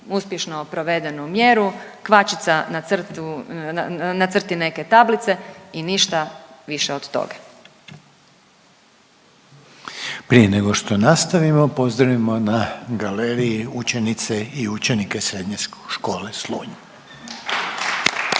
uspješno provedenu mjeru, kvačica na crtu, na crti neke tablice i ništa više od toga. **Reiner, Željko (HDZ)** Prije nego što nastavimo pozdravimo na galerije učenice i učenike Srednje škole Slunj